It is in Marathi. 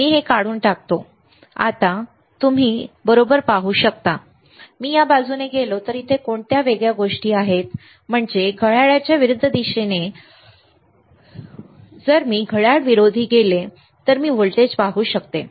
मी हे काढून टाकतो आता तुम्ही आता बरोबर पाहू शकता आता मी या बाजूने गेलो तर इथे कोणत्या वेगळ्या गोष्टी आहेत म्हणजे घड्याळाच्या विरोधी दिशेने दिशेने जर मी घड्याळ विरोधी गेलो तर मी व्होल्टेज पाहू शकतो